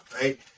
Right